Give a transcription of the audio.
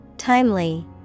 Timely